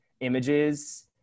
images